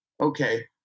Okay